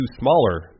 smaller